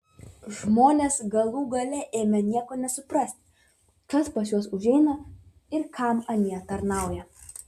žmonės galų gale ėmė nieko nesuprasti kas pas juos užeina ir kam anie tarnauja